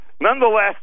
nonetheless